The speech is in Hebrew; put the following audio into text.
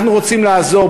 אנחנו רוצים לעזור,